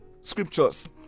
scriptures